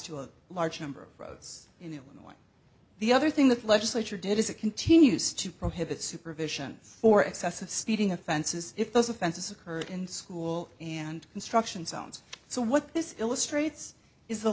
to a large number of roads in illinois the other thing the legislature did is it continues to prohibit supervision for excessive speeding offenses if those offenses occurred in school and construction zones so what this illustrates is the